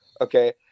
Okay